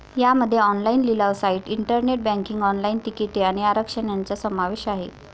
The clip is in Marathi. यामध्ये ऑनलाइन लिलाव साइट, इंटरनेट बँकिंग, ऑनलाइन तिकिटे आणि आरक्षण यांचा समावेश आहे